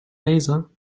laser